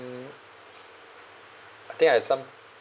I think I have some